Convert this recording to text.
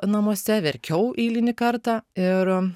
namuose verkiau eilinį kartą ir